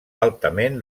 altament